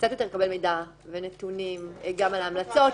וקצת יותר לקבל מידע ונתונים גם על ההמלצות